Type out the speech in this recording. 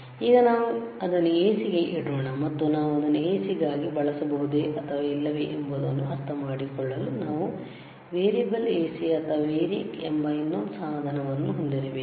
ಈಗ ನಾವು ಅದನ್ನು AC ಗೆ ಇಡೋಣ ಮತ್ತು ನಾವು ಅದನ್ನು AC ಗಾಗಿ ಬಳಸಬಹುದೇ ಅಥವಾ ಇಲ್ಲವೇ ಎಂಬುದನ್ನು ಅರ್ಥಮಾಡಿಕೊಳ್ಳಲು ನಾವು ವೇರಿಯೇಬಲ್ AC ಅಥವಾ variac ಎಂಬ ಇನ್ನೊಂದು ಸಾಧನವನ್ನು ಹೊಂದಿರಬೇಕು